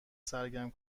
سرگرم